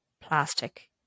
plastic